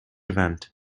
event